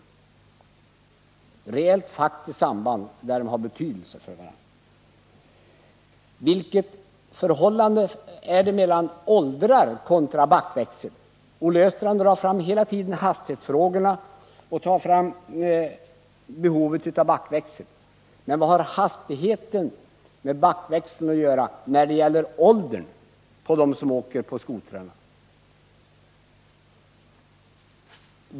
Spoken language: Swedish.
Det är ett reellt faktiskt samband där det har betydelse jag frågar efter. Vilket förhållande råder mellan åldrar och backväxel? Olle Östrand drar hela tiden fram hastighetsfrågorna och betonar behovet av backväxel. Men vad har hastigheten med backväxeln att göra när det gäller åldern på dem som åker på skotrarna?